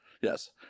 Yes